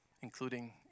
Including